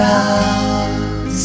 out